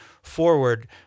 Forward